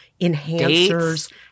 enhancers